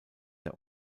der